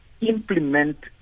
implement